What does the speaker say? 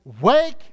Wake